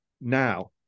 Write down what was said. now